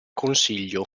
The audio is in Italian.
consiglio